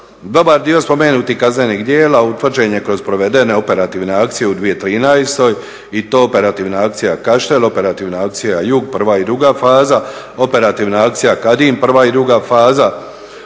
Dobar dio spomenutih kaznenih djela utvrđen je kroz provedene operativne akcije u 2013. i to Operativna akcija "Kaštel", Operativna akcija "Jug – prva i druga faza", Operativna akcija "Kadim – prva i druga faza".